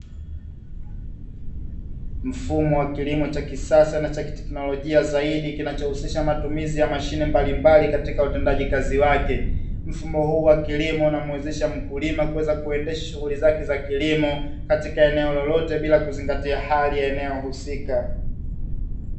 Mfumo wa kilimo cha kisasa na cha kiteknolojia zaidi kinachohusisha matumizi ya mashine mbalimbali katika utendaji kazi wake, mfumo huu wa kilimo namwezesha mkulima kuweza kuendesha shughuli zake za kilimo katika eneo lolote bila kuzingatia hali ya eneo husika.